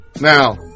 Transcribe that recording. now